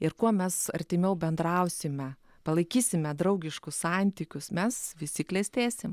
ir kuo mes artimiau bendrausime palaikysime draugiškus santykius mes visi klestėsim